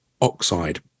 oxide